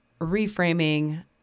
reframing